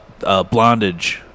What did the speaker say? blondage